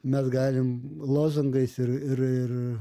mes galim lozungais ir ir ir